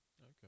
Okay